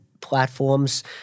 platforms